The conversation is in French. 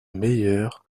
meilleures